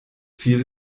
ziel